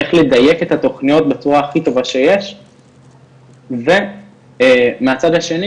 איך לדייק את התוכניות בצורה הכי טובה שיש ומהצד השני